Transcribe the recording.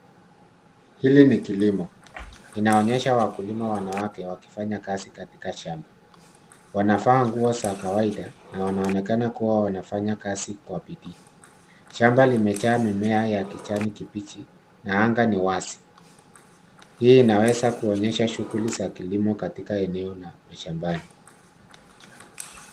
Hili ni kilimo inaonyesha wakulima wanawake wakifanya kazi katika shamba. Wanavaa nguo za kawaida na wanaonekana kua wanafanya kazi kwa bidii. Shamba limejaa mimea ya kijani kibichi na anga ni wazi. Hii inaweza kuonyesha shughuli za kilimo katika eneo la mashambani.